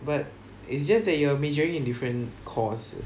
but it's just that you are majoring in different courses